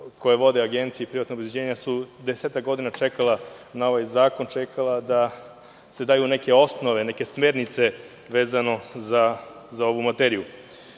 koja vode agencije i privatna obezbeđenja su desetak godina čekala na ovaj zakon, čekala da se daju neke osnove, neke smernice vezano za ovu